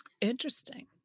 Interesting